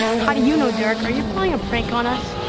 how do you know derek? are you pulling a prank on us?